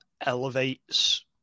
elevates